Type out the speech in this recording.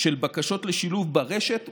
של בקשות לשילוב ברשת אושרו.